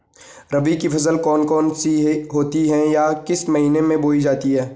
रबी की फसल कौन कौन सी होती हैं या किस महीने में बोई जाती हैं?